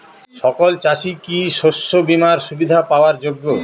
সকল চাষি কি শস্য বিমার সুবিধা পাওয়ার যোগ্য?